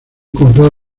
comprar